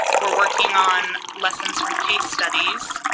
we're working on lessons from case studies,